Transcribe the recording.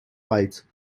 light